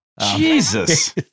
Jesus